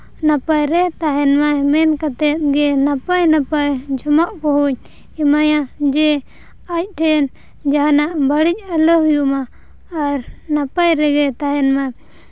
ᱱᱟᱯᱟᱭ ᱨᱮ ᱛᱟᱦᱮᱱ ᱢᱟᱭ ᱢᱮᱱ ᱠᱟᱛᱮᱫ ᱜᱮ ᱱᱟᱯᱟᱭ ᱱᱟᱯᱟᱭ ᱡᱚᱢᱟᱜ ᱠᱚᱦᱚᱧ ᱮᱢᱟᱭᱟ ᱡᱮ ᱟᱡ ᱴᱷᱮᱱ ᱡᱟᱦᱟᱱᱟᱜ ᱵᱟᱹᱲᱤᱡ ᱟᱞᱚ ᱦᱩᱭᱩᱜᱢᱟ ᱟᱨ ᱱᱟᱯᱟᱭ ᱨᱮᱜᱮ ᱛᱟᱦᱮᱱᱢᱟ